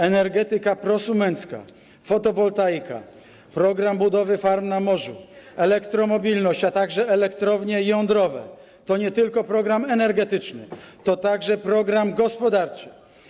Energetyka prosumencka, fotowoltaika, program budowy farm na morzu, elektromobilność, a także elektrownie jądrowe - to nie tylko program energetyczny, to także program gospodarczy.